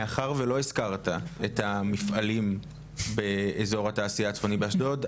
מאחר ולא הזכרת את המפעלים באזור התעשייה הצפוני באשדוד,